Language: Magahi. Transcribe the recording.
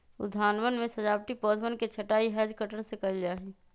उद्यानवन में सजावटी पौधवन के छँटाई हैज कटर से कइल जाहई